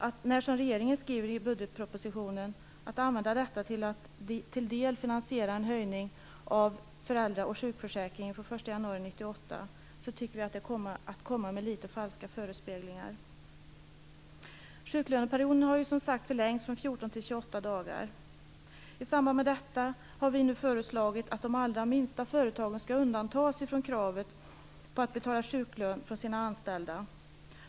Att som regeringen skriva i budgetpropositionen att detta skall användas till att finansiera en del av en höjning av föräldra och sjukförsäkringen från den 1 januari 1998, tycker vi är att komma med något falska förespeglingar. Sjuklöneperioden har som sagt förlängts från 14 till 28 dagar. I samband med detta har Vänsterpartiet föreslagit att de allra minsta företagen skall undantas från kravet på att betala sjuklön för sina anställda.